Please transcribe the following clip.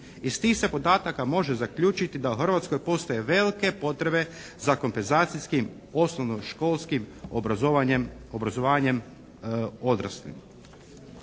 Iz tih se podataka može zaključiti da u Hrvatskoj postoje velike potrebe za kompenzacijskim osnovnoškolskim obrazovanjem odraslih.